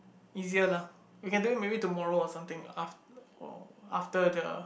easier lah we can do it maybe tomorrow or something lah or after the